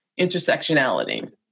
intersectionality